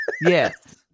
Yes